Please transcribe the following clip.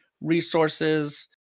resources